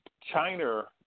China